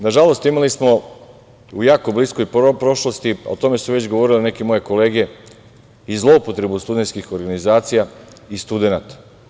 Nažalost, imali smo u jako bliskoj prošlosti, o tome su već govorile neke moje kolege, i zloupotrebu studentskih organizacija i studenata.